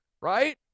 right